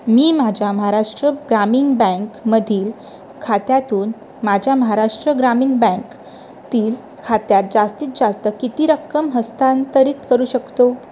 मी माझ्या महाराष्ट्र ग्रामीण बँक मधील खात्यातून माझ्या महाराष्ट्र ग्रामीण बँक तील खात्यात जास्तीत जास्त किती रक्कम हस्तांतरित करू शकतो